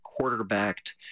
quarterbacked